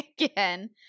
again